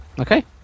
Okay